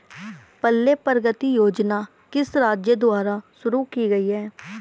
पल्ले प्रगति योजना किस राज्य द्वारा शुरू की गई है?